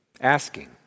asking